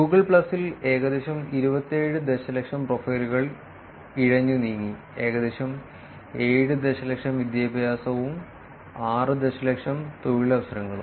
Google പ്ലസിൽ ഏകദേശം 27 ദശലക്ഷം പ്രൊഫൈലുകൾ ഇഴഞ്ഞു നീങ്ങി ഏകദേശം 7 ദശലക്ഷം വിദ്യാഭ്യാസവും 6 ദശലക്ഷം തൊഴിലവസരങ്ങളും